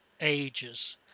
ages